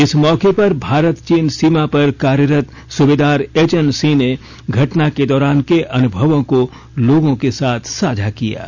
इस मौके पर भारत चीन सीमा पर कार्यरत सूबेदार एचएन सिंह ने घटना के दौरान के अनुभवों को लोगों के साथ साझा किये